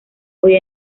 hoy